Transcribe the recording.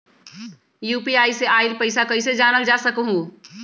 UPI से आईल पैसा कईसे जानल जा सकहु?